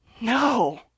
no